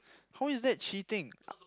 how is that cheating